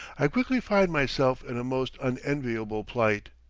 i quickly find myself in a most unenviable plight.